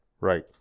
right